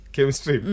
Chemistry